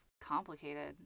complicated